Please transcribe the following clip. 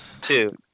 Two